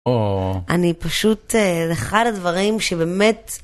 אני פשוט... אחד הדברים שבאמת...